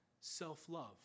self-love